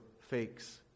fakes